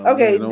Okay